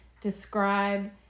describe